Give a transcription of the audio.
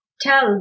tell